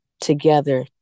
Together